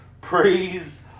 Praise